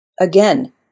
Again